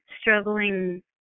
struggling